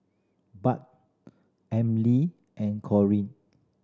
Bud Emilee and Corine